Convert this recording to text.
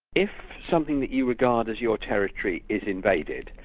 if something that you regard as your territory is invaded,